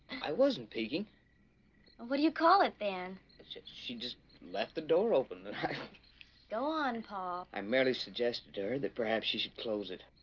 i wasn't peeking what do you call it? then? so she just left the door open then i go on paul. i merely suggested her that perhaps she should close it.